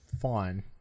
fine